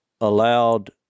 allowed